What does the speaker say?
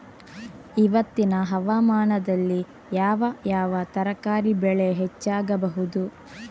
ಇವತ್ತಿನ ಹವಾಮಾನದಲ್ಲಿ ಯಾವ ಯಾವ ತರಕಾರಿ ಬೆಳೆ ಹೆಚ್ಚಾಗಬಹುದು?